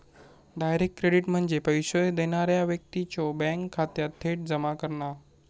direct credit म्हणजे पैसो देणारा व्यक्तीच्यो बँक खात्यात थेट जमा करणा